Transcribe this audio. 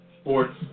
sports